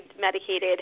medicated